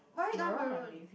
maroon or navy